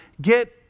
get